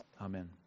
Amen